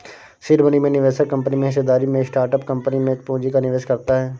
seed money में निवेशक company में हिस्सेदारी में स्टार्टअप कंपनी में पूंजी का निवेश करता है